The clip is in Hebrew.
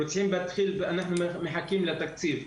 אנחנו רוצים להתחיל ואנחנו מחכים לתקציב.